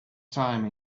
time